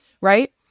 Right